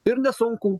ir nesunkų